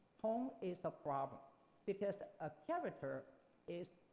tone is the problem because a character is,